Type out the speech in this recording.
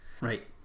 Right